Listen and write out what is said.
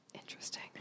Interesting